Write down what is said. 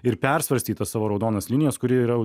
ir persvarstyt tas savo raudonas linijas kuri yra